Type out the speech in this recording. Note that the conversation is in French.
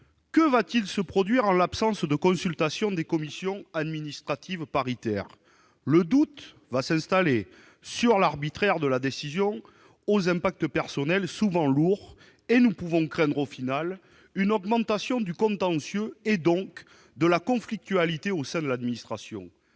Que va-t-il se produire en l'absence de consultation des commissions administratives paritaires ? Le doute va s'installer sur l'arbitraire de la décision, qui a souvent de lourds impacts personnels. Nous pouvons craindre une augmentation du contentieux, et par conséquent de la conflictualité au sein de l'administration.